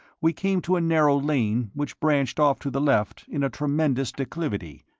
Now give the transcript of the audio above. we came to a narrow lane which branched off to the left in a tremendous declivity.